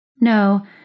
No